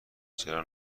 چرا